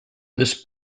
this